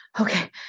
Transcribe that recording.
okay